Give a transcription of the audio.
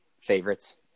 favorites